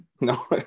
No